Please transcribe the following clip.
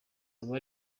aba